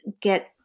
get